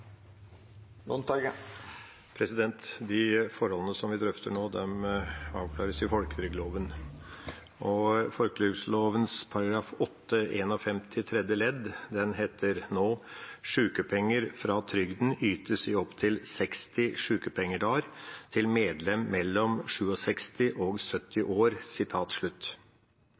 De forholdene som vi drøfter nå, avklares i folketrygdloven. I folketrygdloven § 8-51 tredje ledd heter det nå: «Sykepenger fra trygden ytes i opptil 60 sykepengedager til medlem mellom 67 og 70 år.